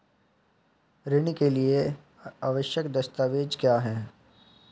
ऋण के लिए आवश्यक दस्तावेज क्या हैं?